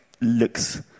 looks